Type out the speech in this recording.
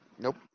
Nope